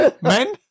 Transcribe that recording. Men